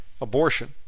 abortion